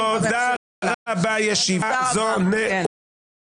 תודה רבה, ישיבה זו נעולה.